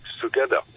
together